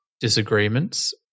disagreements